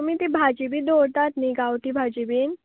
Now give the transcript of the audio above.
तुमी ती भाजी बी दोवरतात न्ही गांवठी भाजी बीन